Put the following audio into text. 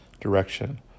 direction